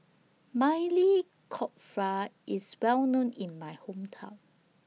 Maili Kofta IS Well known in My Hometown